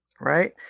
right